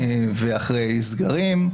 ואחרי סגרים,